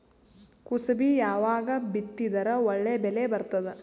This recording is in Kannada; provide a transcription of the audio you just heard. ಕುಸಬಿ ಯಾವಾಗ ಬಿತ್ತಿದರ ಒಳ್ಳೆ ಬೆಲೆ ಬರತದ?